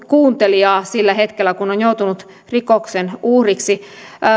kuuntelijaa sillä hetkellä kun on joutunut rikoksen uhriksi